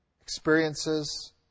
experiences